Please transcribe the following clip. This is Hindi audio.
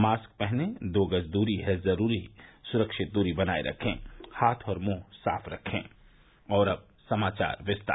मास्क पहनें दो गज दूरी है जरूरी सुरक्षित दूरी बनाये रखें हाथ और मुंह साफ रखें और अब समाचार विस्तार से